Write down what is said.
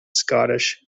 scottish